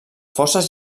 forces